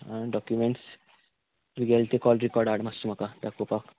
आनी डॉक्युमेंट्स तुगेलें ते कॉल रिकॉर्ड हाड मात्शें म्हाका दाखोपाक